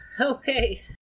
Okay